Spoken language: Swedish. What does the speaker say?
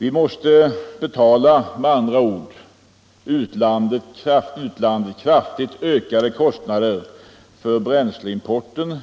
Vi måste med andra ord betala utlandet kraftigt ökade kostnader för bränsleimporten